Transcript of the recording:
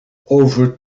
over